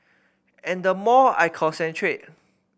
and the more I concentrate